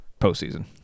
postseason